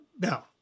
Now